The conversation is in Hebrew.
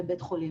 לבית חולים.